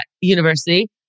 University